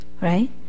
right